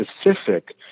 specific